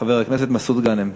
חבר הכנסת מסעוד גאנם,